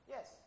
Yes